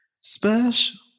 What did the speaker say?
special